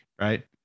right